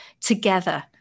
Together